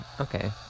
okay